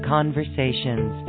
Conversations